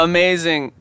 Amazing